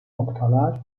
noktalar